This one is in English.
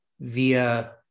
via